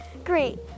Great